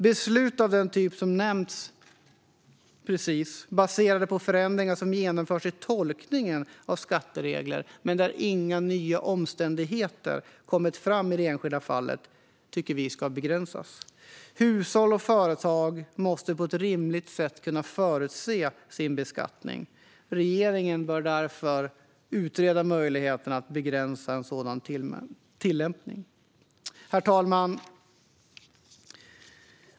Beslut av den typ som nyss nämnts, baserade på förändringar som genomförts i tolkningen av skatteregler men där inga nya omständigheter kommit fram i det enskilda fallet, tycker vi ska begränsas. Hushåll och företag måste på ett rimligt sätt kunna förutse sin beskattning. Regeringen bör därför utreda möjligheterna att begränsa en sådan tillämpning. Herr talman!